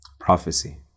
Prophecy